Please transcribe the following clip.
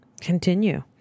Continue